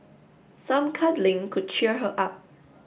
some cuddling could cheer her up